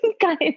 guys